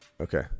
Okay